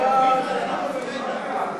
ההצעה להעביר את הצעת חוק-יסוד: